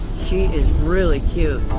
she is really cute.